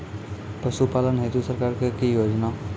पशुपालन हेतु सरकार की योजना?